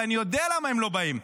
ואני יודע למה הם לא באים.